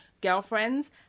girlfriends